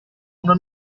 una